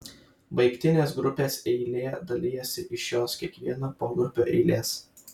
baigtinės grupės eilė dalijasi iš jos kiekvieno pogrupio eilės